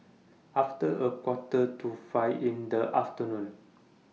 after A Quarter to five in The afternoon